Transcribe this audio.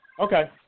Okay